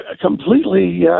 completely